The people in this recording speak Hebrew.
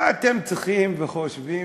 אז מה אתם צריכים וחושבים